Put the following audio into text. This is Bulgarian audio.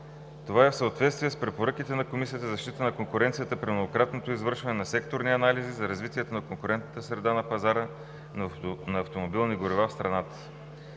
Това е в съответствие с препоръките на Комисията за защита на конкуренцията и при многократното извършване на секторни анализи за развитието на конкурентна среда на пазара на автомобилни горива в страната.